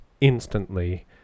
instantly